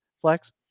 Flex